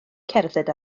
cerdded